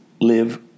live